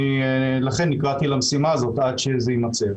ולכן אני נקראתי למשימה הזאת עד שזה יימצא.